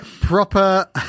Proper